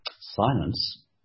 silence